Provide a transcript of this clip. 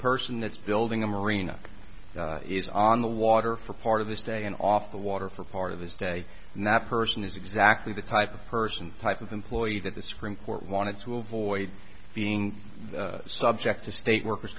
person that's building a marina is on the water for part of this day and off the water for part of his day and that person is exactly the type of person and type of employee that the screen court wanted to avoid being subject to state workers